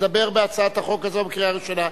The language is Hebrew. לדבר בהצעת החוק הזאת בקריאה ראשונה.